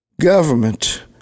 government